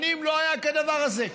שנים לא היה כדבר הזה.